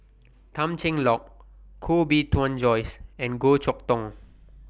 Tan Cheng Lock Koh Bee Tuan Joyce and Goh Chok Tong